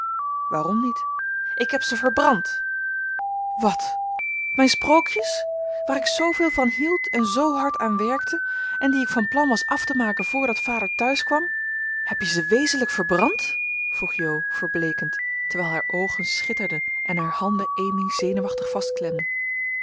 waarom niet ik heb ze verbrand wat mijn sprookjes waar ik zooveel van hield en zoo hard aan werkte en die ik van plan was af te maken voordat vader thuiskwam heb je ze wezenlijk verbrand vroeg jo verbleekend terwijl haar oogen schitterden en haar handen amy zenuwachtig